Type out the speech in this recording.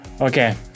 Okay